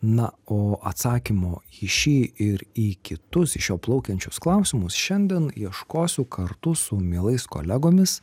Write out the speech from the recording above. na o atsakymo į šį ir į kitus iš jo plaukiančius klausimus šiandien ieškosiu kartu su mielais kolegomis